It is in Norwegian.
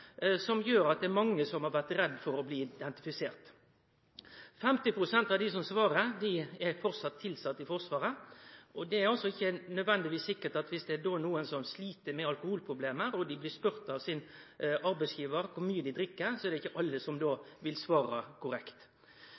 som gjer at det er mange som har vore redde for å bli identifiserte. 50 pst. av dei som svarar, er framleis tilsette i Forsvaret, og det er ikkje nødvendigvis sikkert at dersom det er nokon som slit med alkoholproblem og dei blir spurde av sin arbeidsgjevar om kor mykje dei drikk, vil alle svare korrekt. Spørsmålet mitt til forsvarsministeren er: